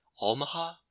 Omaha